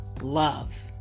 love